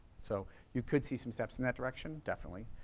so you could see some steps in that direction definitely.